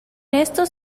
estos